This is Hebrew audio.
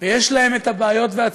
אתם נבחרתם על ידי